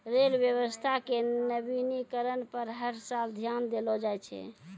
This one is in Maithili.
रेल व्यवस्था के नवीनीकरण पर हर साल ध्यान देलो जाय छै